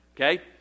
Okay